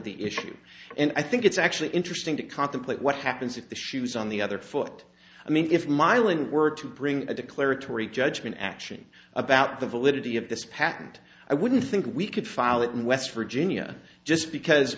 the issue and i think it's actually interesting to contemplate what happens if the shoe is on the other foot i mean if mai ling were to bring a declaratory judgment action about the validity of this patent i wouldn't think we could file it in west virginia just because